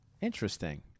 Interesting